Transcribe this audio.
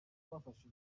bafashe